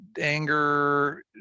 anger